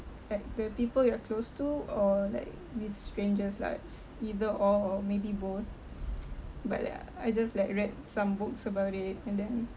like the people you're close to or like with strangers likes either or or maybe both but ya I just like read some books about it and then